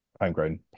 homegrown